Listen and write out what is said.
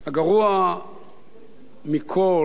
הגרוע מכול,